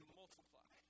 multiply